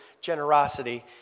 generosity